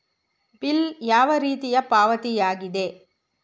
Bill ಯಾವ ರೀತಿಯ ಪಾವತಿಯಾಗಿದೆ?